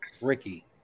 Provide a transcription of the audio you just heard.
Ricky